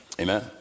Amen